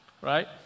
Right